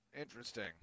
Interesting